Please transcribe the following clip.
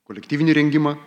kolektyvinį rengimą